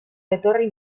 etorri